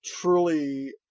Truly